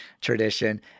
tradition